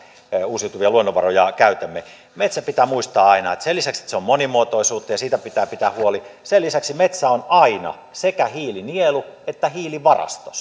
uusiutuvia luonnonvaroja käytämme metsästä pitää muistaa aina se että sen lisäksi että se on monimuotoisuutta ja siitä pitää pitää huoli metsä on aina sekä hiilinielu että hiilivarasto